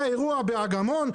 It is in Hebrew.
היה אירוע באגמון,